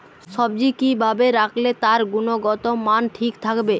সবজি কি ভাবে রাখলে তার গুনগতমান ঠিক থাকবে?